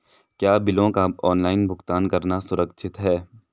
क्या बिलों का ऑनलाइन भुगतान करना सुरक्षित है?